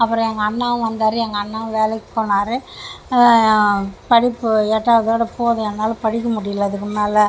அப்புறம் எங்கள் அண்ணாவும் வந்தார் எங்கள் அண்ணாவும் வேலைக்கு போனார் படிப்பு எட்டாவதோடு போதும் என்னால் படிக்க முடியலை இதுக்குமேலே